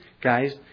guys